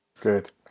good